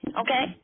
okay